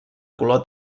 color